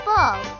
Full